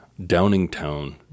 Downingtown